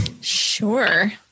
Sure